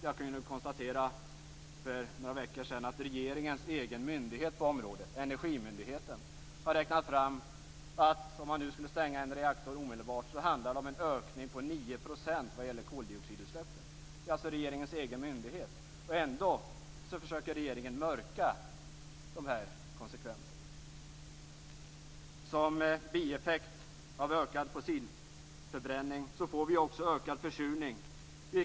Jag kunde konstatera för några veckor sedan att regeringens egen myndighet på området, energimyndigheten, har räknat fram att det om man skulle stänga en reaktor omedelbart handlar om en ökning på 9 % vad gäller koldioxidutsläppen. Detta är alltså regeringens egen myndighet. Ändå försöker regeringen mörka de här konsekvenserna. Som bieffekt av ökad fossilförbränning får vi också ökad försurning.